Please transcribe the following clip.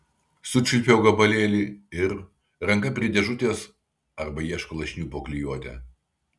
sučiulpiau gabalėlį ir ranka prie dėžutės arba ieško lašinių po klijuotę